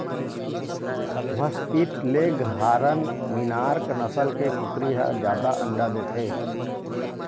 white Leghorn, Minorca नसल के कुकरी ह जादा अंडा देथे